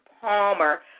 Palmer